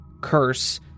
curse